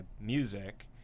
music